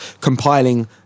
compiling